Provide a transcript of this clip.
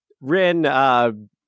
Rin